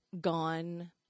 gone